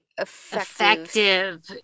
effective